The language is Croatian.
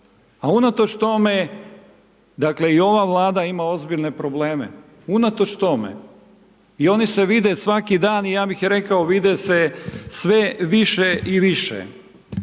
A unatoč tome, dakle, i ova Vlada ima ozbiljne probleme, unatoč tome i oni se vide svaki dan i ja bih rekao vide se sve više i više.